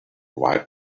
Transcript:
white